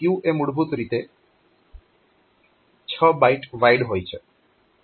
ક્યુ એ મૂળભૂત રીતે 6 બાઈટ વાઈડ હોય છે